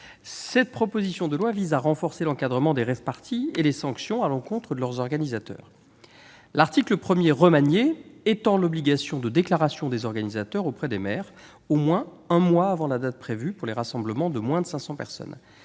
Henri Leroy, et visant à renforcer l'encadrement des rave-parties et les sanctions à l'encontre de leurs organisateurs. L'article 1 remanié étend l'obligation de déclaration des organisateurs auprès des maires, au moins un mois avant la date prévue, aux rassemblements de moins de 500 personnes.